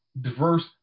diverse